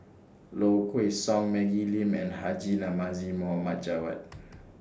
Low Kway Song Maggie Lim and Haji Namazie Muhammad Javad